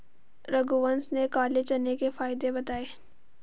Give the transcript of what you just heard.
रघुवंश ने काले चने के फ़ायदे बताएँ